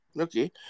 okay